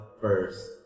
first